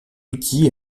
outils